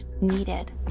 needed